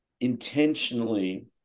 intentionally